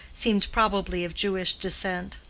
seemed probably of jewish descent.